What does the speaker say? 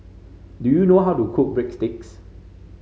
do you know how to cook Breadsticks